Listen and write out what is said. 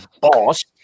boss